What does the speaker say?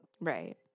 Right